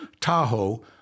Tahoe